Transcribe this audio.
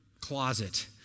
closet